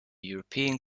european